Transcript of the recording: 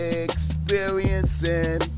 experiencing